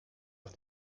auf